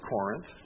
Corinth